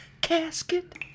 casket